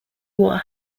what